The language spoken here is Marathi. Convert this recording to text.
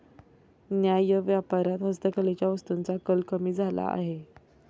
न्याय्य व्यापारात हस्तकलेच्या वस्तूंचा कल कमी झाला आहे